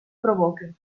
provoca